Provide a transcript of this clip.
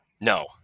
no